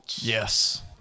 Yes